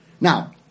Now